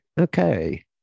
okay